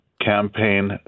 campaign